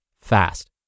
fast